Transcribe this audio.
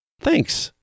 Thanks